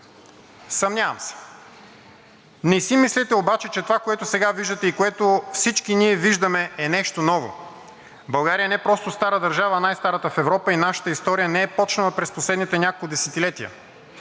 Съмнявам се! Не си мислете обаче, че това, което сега виждате и което всички ние виждаме, е нещо ново. България е не просто стара държава, а най-старата в Европа и нашата история не е почнала през последните няколко десетилетия.